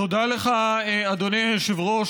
תודה לך, אדוני היושב-ראש.